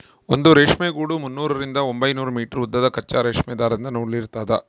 ಒಂದು ರೇಷ್ಮೆ ಗೂಡು ಮುನ್ನೂರರಿಂದ ಒಂಬೈನೂರು ಮೀಟರ್ ಉದ್ದದ ಕಚ್ಚಾ ರೇಷ್ಮೆ ದಾರದಿಂದ ನೂಲಿರ್ತದ